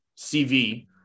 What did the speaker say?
CV